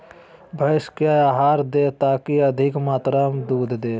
भैंस क्या आहार दे ताकि अधिक मात्रा दूध दे?